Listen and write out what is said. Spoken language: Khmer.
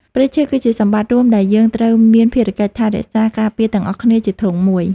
ព្រៃឈើ គឺជាសម្បត្តិរួមដែលយើងត្រូវមានភារកិច្ចថែរក្សាការពារទាំងអស់គ្នាជាធ្លុងមួយ។